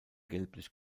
gelblich